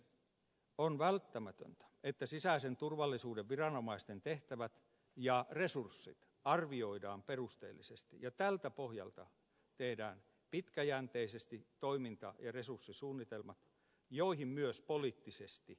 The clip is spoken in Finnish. on välttämätöntä että sisäisen turvallisuuden viranomaisten tehtävät ja resurssit arvioidaan perusteellisesti ja tältä pohjalta tehdään pitkäjänteisesti toiminta ja resurssisuunnitelmat joihin myös poliittisesti sitoudutaan